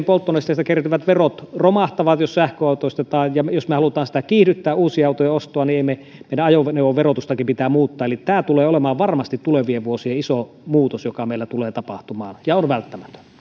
polttonesteistä kertyvät verot romahtavat jos sähköautoistetaan ja jos me haluamme uusien autojen ostoa kiihdyttää niin meidän ajoneuvoverotustakin pitää muuttaa eli tämä tulee olemaan varmasti tulevien vuosien iso muutos joka meillä tulee tapahtumaan ja se on välttämätön